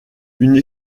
une